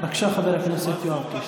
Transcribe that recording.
בבקשה, חבר הכנסת יואב קיש.